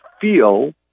feel